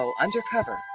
Undercover